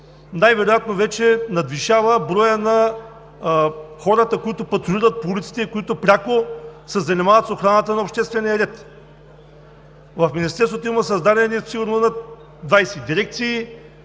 най-вероятно вече надвишава броя на хората, които патрулират по улиците и които пряко се занимават с охраната на обществения ред. В Министерството има създадени сигурно над 20 дирекции